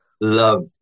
loved